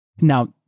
Now